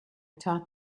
taught